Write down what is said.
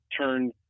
turn